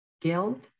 guilt